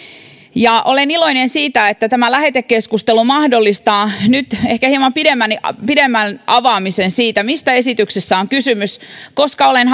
ja olen iloinen siitä että tämä lähetekeskustelu mahdollistaa nyt ehkä hieman pidemmän avaamisen siitä mistä esityksessä on kysymys koska olen